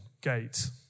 gate